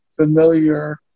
familiar